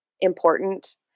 important